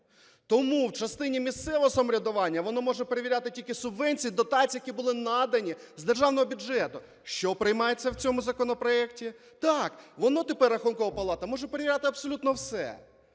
Тому в частині місцевого самоврядування вона може перевіряти тільки субвенції, дотації, які були надані з державного бюджету. Що приймається в цьому законопроекті? Так, вона тепер Рахункова палата може перевіряти абсолютно все.